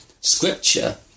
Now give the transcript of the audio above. scripture